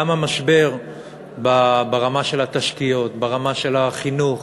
גם המשבר ברמה של התשתיות, ברמה של החינוך,